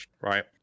right